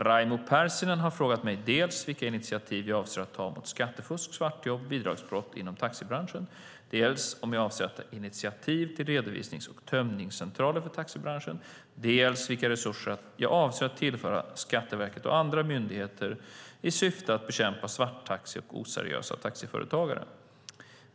Raimo Pärssinen har frågat mig dels vilka initiativ jag avser att ta mot skattefusk, svartjobb och bidragsbrott inom taxibranschen, dels om jag avser att ta initiativ till redovisnings eller tömningscentraler för taxibranschen, dels vilka resurser jag avser att tillföra Skatteverket och andra myndigheter i syfte att bekämpa svarttaxi och oseriösa taxiföretagare.